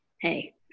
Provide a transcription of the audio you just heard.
Hey